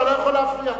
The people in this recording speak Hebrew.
אתה לא יכול להפריע פה.